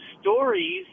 stories